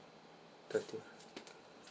thirty